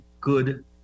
good